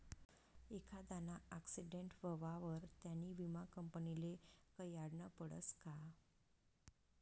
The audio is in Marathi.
एखांदाना आक्सीटेंट व्हवावर त्यानी विमा कंपनीले कयायडनं पडसं का